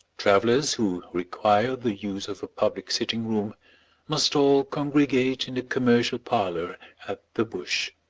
travellers who require the use of a public sitting-room must all congregate in the commercial parlour at the bush.